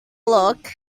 look